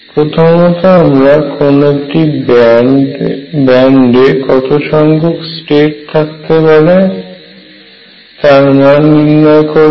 প্রথমত আমরা কোন একটি ব্যান্ডে কতসংখ্যক স্টেট থাকতে পারে তার মান নির্নয় করব